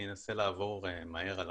אני אנסה לעבור מהר על